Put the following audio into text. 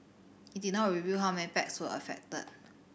it did not reveal how many packs were affected